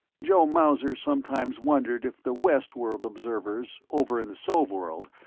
joe mauser sometimes wondered if the west-world observers, over in the sov-world,